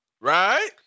Right